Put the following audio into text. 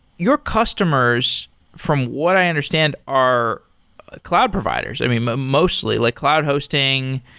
your customers from what i understand are cloud providers. i mean, mostly like cloud hosting,